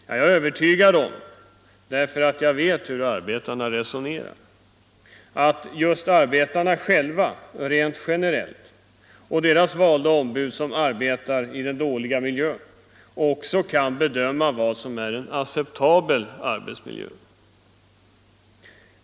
Jag är övertygad om — därför att jag vet hur arbetarna resonerar — att just arbetarna själva, rent generellt, och deras valda ombud, som arbetar i den dåliga miljön, kan bedöma vad som är en acceptabel arbetsmiljö.